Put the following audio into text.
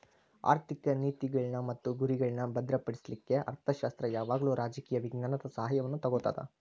ಆರ್ಥಿಕ ನೇತಿಗಳ್ನ್ ಮತ್ತು ಗುರಿಗಳ್ನಾ ಭದ್ರಪಡಿಸ್ಲಿಕ್ಕೆ ಅರ್ಥಶಾಸ್ತ್ರ ಯಾವಾಗಲೂ ರಾಜಕೇಯ ವಿಜ್ಞಾನದ ಸಹಾಯವನ್ನು ತಗೊತದ